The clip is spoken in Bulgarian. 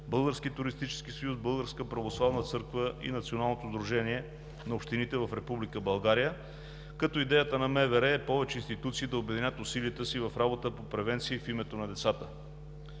Българския туристически съюз, Българската православна църква и Националното сдружение на общините в Република България, като идеята на МВР е повече институции да обединят усилията си в работата по превенция и в името на децата.